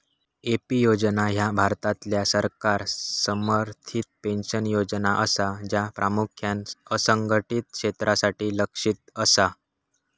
AP योजना ह्या भारतातल्या सरकार समर्थित पेन्शन योजना असा, ज्या प्रामुख्यान असंघटित क्षेत्रासाठी लक्ष्यित असा